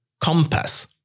compass